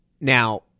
Now